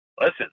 listen